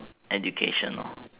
educational